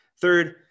Third